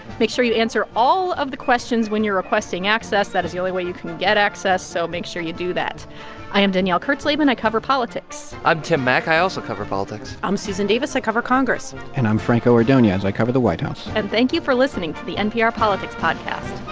make sure you answer all of the questions when you're requesting access. that is the only way you can get access, so make sure you do that i am danielle kurtzleben. i cover politics i'm tim mak. i also cover politics i'm susan davis. i cover congress and i'm franco ordonez. i cover the white house and thank you for listening to the npr politics podcast